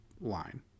line